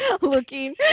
looking